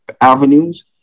avenues